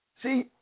See